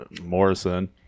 Morrison